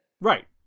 Right